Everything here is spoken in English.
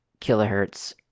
kilohertz